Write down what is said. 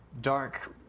dark